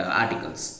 articles